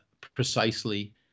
precisely